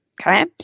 Okay